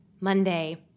Monday